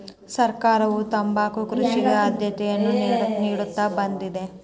ಸರ್ಕಾರವು ತಂಬಾಕು ಕೃಷಿಗೆ ಆದ್ಯತೆಯನ್ನಾ ನಿಡುತ್ತಾ ಬಂದಿದೆ